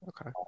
Okay